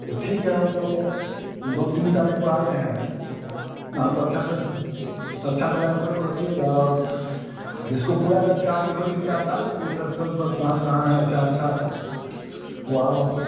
तो ठीक है हम लोग दो तीन तारिख को आ रहे हैं आप अच्छा सा अच्छा ड्राइवर को रखिएगा और जिसको पूरा जानकारी हो एरिया का तीर्थ स्थल सब कहाँ कहाँ है अच्छा अच्छा वहाँ वहाँ